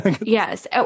Yes